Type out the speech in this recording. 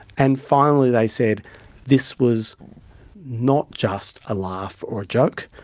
and finally they said this was not just a laugh or a joke,